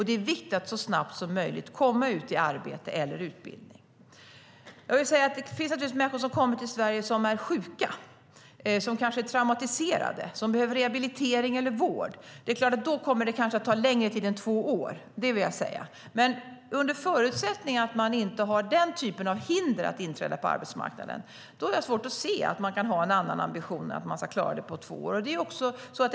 Det är viktigt att så snabbt som möjligt komma ut i arbete eller utbildning. Det finns naturligtvis människor som kommer till Sverige som är sjuka, som kanske är traumatiserade och som behöver rehabilitering eller vård. Det är klart att det då kanske kommer att ta längre tid än två år. Under förutsättning att man inte har den typen av hinder att inträda på arbetsmarknaden har jag svårt att se att man kan ha en annan ambition än att det ska klaras på två år.